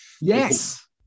yes